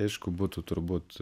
aišku būtų turbūt